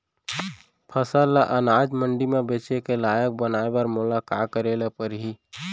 फसल ल अनाज मंडी म बेचे के लायक बनाय बर मोला का करे ल परही?